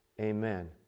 Amen